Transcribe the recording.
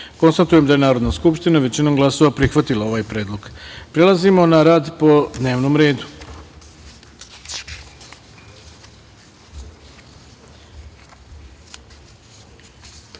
13.Konstatujem da je Narodna skupština većinom glasova prihvatila ovaj predlog. Prelazimo na rad po dnevnom